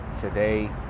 today